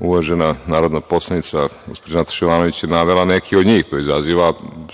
Uvažena narodna poslanica Nataša Jovanović je navela neke od njih. To izaziva